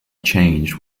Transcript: changed